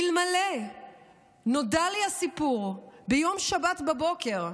נודע לי הסיפור ביום שבת בבוקר,